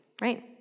right